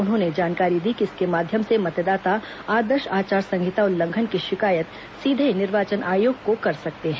उन्होंने जानकारी दी कि इसके माध्यम से मतदाता आदर्श आचार संहिता उल्लंघन की शिकायत सीधे निर्वाचन आयोग को कर सकते हैं